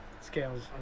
Scales